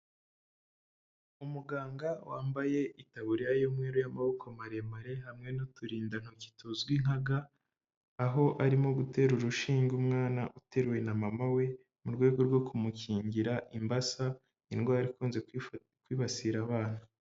Umuganga wambaye itaburiya y'umweru y'amaboko maremare hamwe n'uturindantoki tuzwi nka ga, aho arimo gutera urushinge umwana uteruwe na mama we mu rwego rwo kumukingira imbasa. Indwara ikunze kwibasira abana.